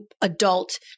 adult